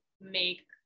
make